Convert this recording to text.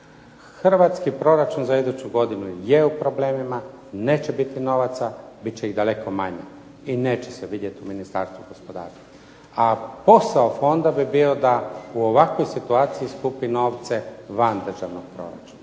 Hrvatski proračun za iduću godinu je u problemima, neće biti novaca, bit će ih daleko manje i neće se vidjeti u Ministarstvu gospodarstva. A posao fonda bi bio da u ovakvoj situaciji skupi novce van državnog proračuna